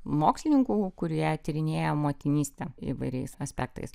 mokslininkų kurie tyrinėja motinystę įvairiais aspektais